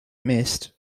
missed